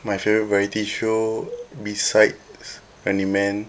my favourite variety show besides running man